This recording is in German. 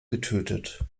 getötet